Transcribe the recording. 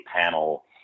panel